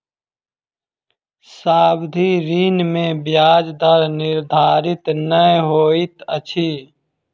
सावधि ऋण में ब्याज दर निर्धारित नै होइत अछि